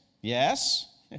yes